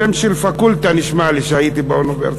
זה שם של פקולטה נשמע לי, כשהייתי באוניברסיטה.